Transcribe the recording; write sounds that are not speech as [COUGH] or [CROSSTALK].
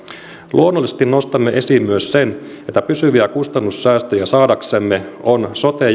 luonnollisesti nostamme esiin myös sen että pysyviä kustannussäästöjä saadaksemme on sote [UNINTELLIGIBLE]